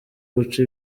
guca